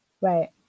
Right